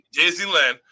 Disneyland